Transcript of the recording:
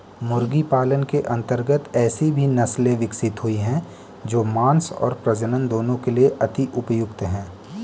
मुर्गी पालन के अंतर्गत ऐसी भी नसले विकसित हुई हैं जो मांस और प्रजनन दोनों के लिए अति उपयुक्त हैं